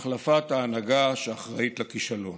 החלפת ההנהגה שאחראית לכישלון.